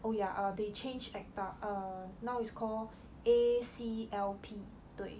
oh yeah uh they change ACTA uh now it's called A_C_L_P 对